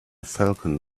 falcon